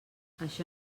això